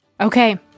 okay